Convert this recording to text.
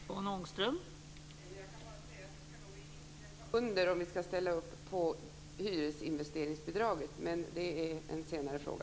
Fru talman! Det ska nog inträffa under om vi ska ställa upp på investeringsbidraget till hyresrätter. Men det är en senare fråga.